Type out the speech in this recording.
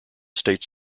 state